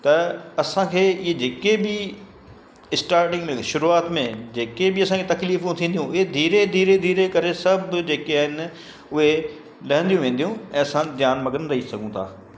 त असांखे ई जेके बि स्टार्टिंग में शुरूआत में जेके बि असांखे तकलीफ़ूं थींदियूं इहे धीरे धीरे धीरे करे सभु जेके आहिनि उहे लहंदी वेंदियूं ऐं असां ध्यानु मग्न रही सघूं था